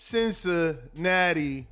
Cincinnati